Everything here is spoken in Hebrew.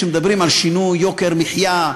כשמדברים על שינוי יוקר המחיה,